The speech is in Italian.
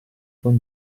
con